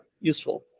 useful